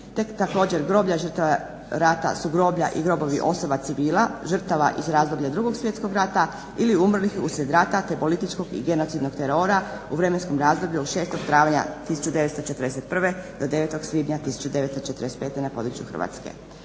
također groblja žrtava rata su groblja i grobovi osoba civila žrtava iz razdoblja Drugog svjetskog rata ili umrlih uslijed rata, te političkog i genocidnog terora u vremenskom razdoblju od 6. travnja 1941. do 9. svibnja 1945. na području Hrvatske.